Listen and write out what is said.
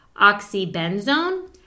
Oxybenzone